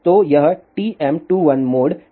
तो यह TM21 mode है